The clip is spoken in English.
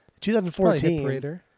2014